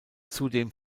zudem